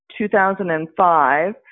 2005